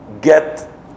get